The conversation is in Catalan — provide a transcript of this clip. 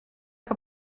que